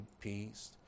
peace